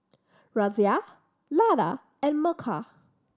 Razia Lata and Milkha